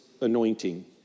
anointing